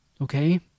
Okay